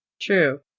True